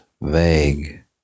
vague